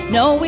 no